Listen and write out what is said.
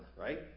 right